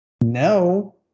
No